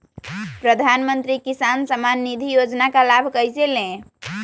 प्रधानमंत्री किसान समान निधि योजना का लाभ कैसे ले?